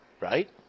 Right